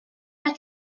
mae